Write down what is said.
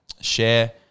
share